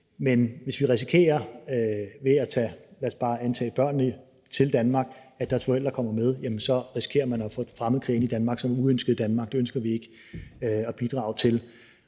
men hvis vi ved at tage børnene til Danmark risikerer, at deres forældre kommer med, risikerer man at få fremmedkrigere, som er uønskede i Danmark, ind i Danmark. Det ønsker vi ikke at bidrage til.